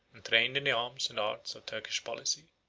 and trained in the arms and arts of turkish policy.